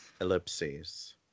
Ellipses